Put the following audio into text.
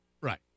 right